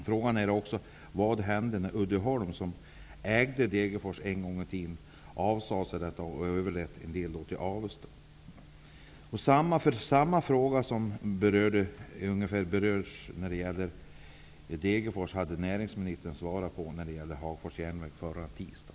En annan fråga är: Vad händer med Uddeholm, som ägde Degerfors en gång i tiden och som avsade sig detta ansvar och överlät en del på Ungefär samma fråga som den här om Degerfors hade näringsministern att svara på förra tisdagen.